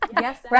Yes